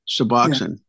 Suboxone